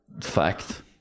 fact